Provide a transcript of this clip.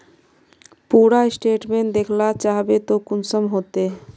पूरा स्टेटमेंट देखला चाहबे तो कुंसम होते?